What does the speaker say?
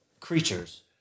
Creatures